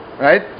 right